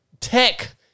tech